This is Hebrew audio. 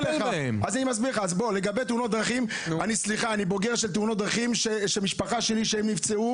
יש לי דוד, אח של אבא שלי, שהוא נכה על קביים.